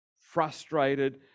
frustrated